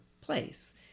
place